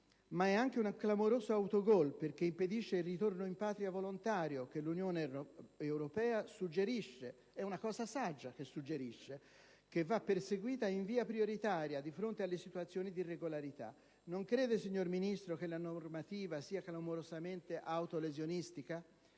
Ma è anche un clamoroso autogol, perché impedisce il ritorno in patria «volontario», che l'Unione europea saggiamente suggerisce come via prioritaria di fronte alle situazioni di irregolarità. Non crede, signor Ministro, che la normativa sia clamorosamente autolesionistica?